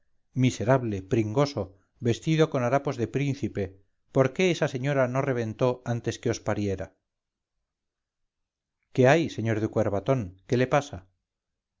miserable pringoso vestido con harapos de príncipe por qué esa señora no reventó antes que os pariera qué hay sr de cuervatón qué le pasa